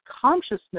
consciousness